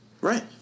Right